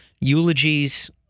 eulogies